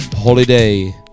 Holiday